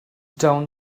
down